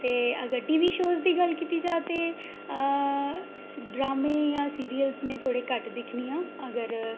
ते अगर TV show दी गल्ल कीती जा ते ड्रामे जां सीरियल में थोह्ड़े घट्ट दिक्खनी आं अगर